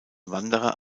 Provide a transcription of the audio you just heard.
wanderer